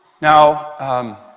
Now